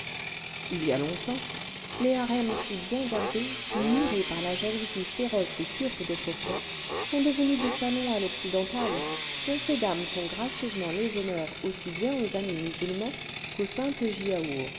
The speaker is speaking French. il y a longtemps les harems si bien gardés si murés par la jalousie féroce des turcs d'autrefois sont devenus des salons à l'occidentale dont ces dames font gracieusement les honneurs aussi bien aux amis rnusuv mans qu'aux simples